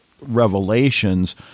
revelations